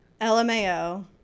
Lmao